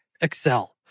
Excel